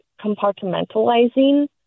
compartmentalizing